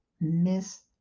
miss